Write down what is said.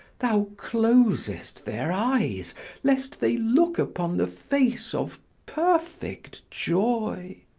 thou closest their eyes lest they look upon the face of perfect joy.